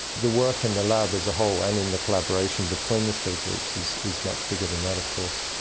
the work in the lab as a whole and in the collaboration between the three groups is is much bigger than that of course.